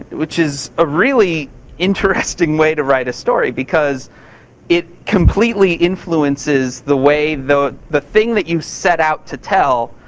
which is a really interesting way to write a story because it completely influences the way the the thing that you set out to tell,